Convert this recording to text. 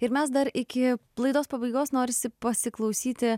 ir mes dar iki laidos pabaigos norisi pasiklausyti